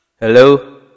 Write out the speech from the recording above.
Hello